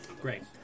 Great